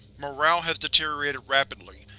morale has deteriorated rapidly,